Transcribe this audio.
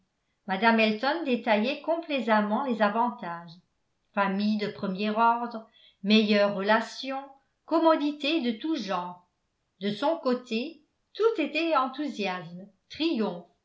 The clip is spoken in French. mme elton détaillait complaisamment les avantages famille de premier ordre meilleures relations commodités de tous genres de son côté tout était enthousiasme triomphe